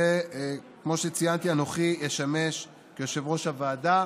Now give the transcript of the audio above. כמו שציינתי, אנוכי אשמש כיושב-ראש הוועדה.